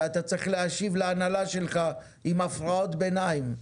ואתה צריך להשיב להנהלה שלך עם הפרעות ביניים.